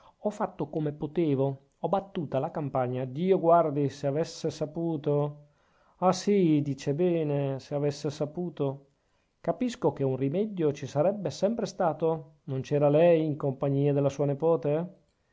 ho fatto come potevo ho battuta la campagna dio guardi se avesse saputo ah sì dice bene se avesse saputo capisco che un rimedio ci sarebbe sempre stato non c'era lei in compagnia della sua nepote